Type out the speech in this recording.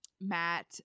Matt